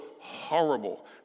horrible